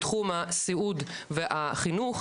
בתחום הסיעוד והחינוך,